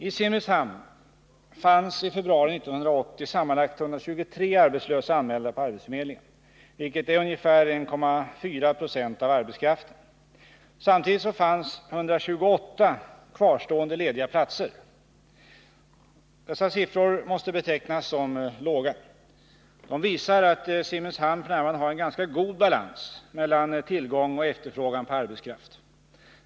I Simrishamn fanns i februari 1980 sammanlagt 123 arbetslösa anmälda på arbetsförmedlingen, vilket är ungefär 1,4 20 av arbetskraften. Samtidigt fanns 128 kvarstående lediga platser. 19 Dessa siffror måste betecknas som låga. De visar att Simrishamn f. n. har en ganska god balans mellan tillgång och efterfrågan på arbetskraft.